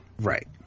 Right